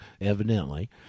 evidently